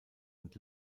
und